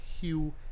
Hugh